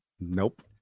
Nope